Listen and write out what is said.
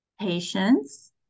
patience